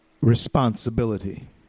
responsibility